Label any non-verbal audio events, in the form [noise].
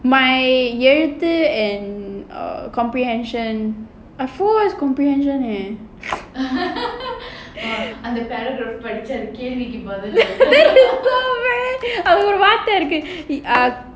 my err comprehension I forgot what is comprehension leh [laughs] அந்த:antha err